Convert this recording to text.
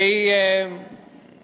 והיא